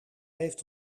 heeft